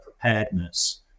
preparedness